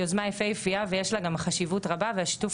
זוהי יוזמה יפיפייה ויש לה גם חשיבות רבה ושיתוף